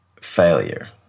failure